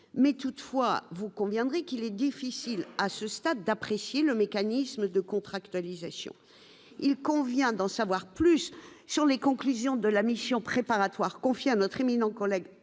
mais toutefois vous conviendrez qu'il est difficile à ce stade d'apprécier le mécanisme de contractualisation, il convient d'en savoir plus sur les conclusions de la mission préparatoire confié à notre éminent collègue